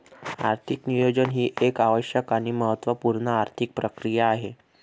आर्थिक नियोजन ही एक आवश्यक आणि महत्त्व पूर्ण आर्थिक प्रक्रिया आहे